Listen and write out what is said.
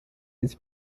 his